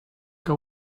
que